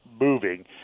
moving